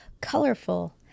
colorful